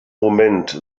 moment